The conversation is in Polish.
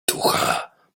ducha